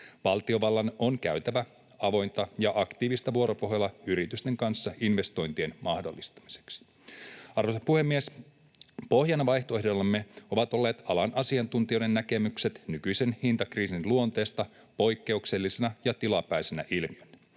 Valtiovallan on käytävä avointa ja aktiivista vuoropuhelua yritysten kanssa investointien mahdollistamiseksi. Arvoisa puhemies! Pohjana vaihtoehdollemme ovat olleet alan asiantuntijoiden näkemykset nykyisen hintakriisin luonteesta poikkeuksellisena ja tilapäisenä ilmiönä.